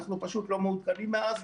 אנחנו פשוט לא מעודכנים מאז,